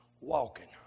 walking